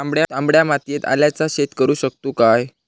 तामड्या मातयेत आल्याचा शेत करु शकतू काय?